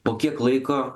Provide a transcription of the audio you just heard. po kiek laiko